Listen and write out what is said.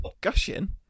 Gushing